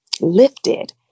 lifted